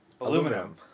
Aluminum